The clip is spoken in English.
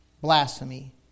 blasphemy